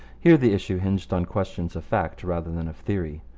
here the issue hinged on questions of fact rather than of theory.